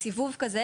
בסיבוב כזה,